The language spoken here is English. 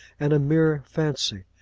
and a mere fancy,